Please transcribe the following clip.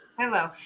Hello